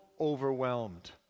overwhelmed